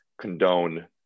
condone